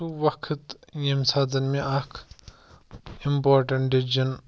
سُہ وقت ییٚمہِ ساتہٕ مےٚ اَکھ اِمپاٹَنٛٹ ڈِسِجَن